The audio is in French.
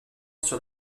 sur